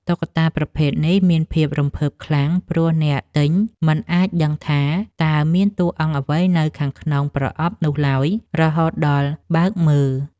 តុក្កតាប្រភេទនេះមានភាពរំភើបខ្លាំង ព្រោះអ្នកទិញមិនអាចដឹងថា តើមានតួអង្គអ្វីនៅខាងក្នុងប្រអប់នោះឡើយរហូតដល់បើកមើល។